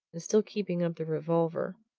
and still keeping up the revolver,